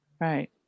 Right